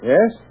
Yes